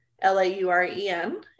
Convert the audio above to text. L-A-U-R-E-N